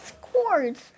cords